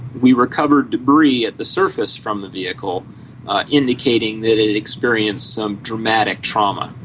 we recovered debris at the surface from the vehicle indicating that it experienced some dramatic trauma.